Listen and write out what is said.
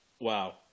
wow